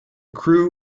crew